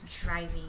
driving